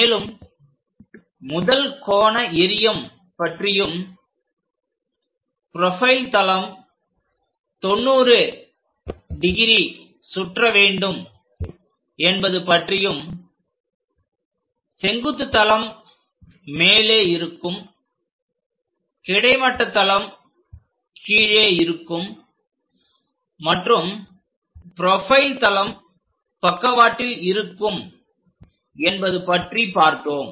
மேலும் முதல் கோண எறியம் பற்றியும் ப்ரொபைல் தளம் 90 டிகிரி சுற்ற வேண்டும் என்பது பற்றியும் செங்குத்து தளம் மேலே இருக்கும் கிடைமட்ட தளம் கீழே இருக்கும் மற்றும் ப்ரொபைல் தளம் பக்கவாட்டில் இருக்கும் என்பது பற்றி பார்த்தோம்